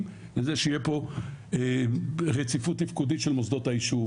לזה שיהיה פה רציפות תפקודית של מוסדות היישוב,